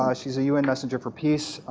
um she's a un messenger for peace.